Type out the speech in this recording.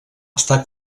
està